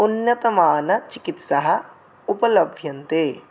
उन्नतमानचिकित्साः उपलभ्यन्ते